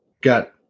got